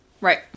Right